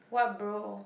what bro